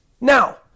now